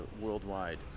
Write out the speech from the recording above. worldwide